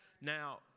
Now